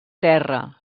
terra